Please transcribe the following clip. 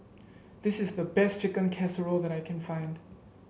this is the best Chicken Casserole that I can find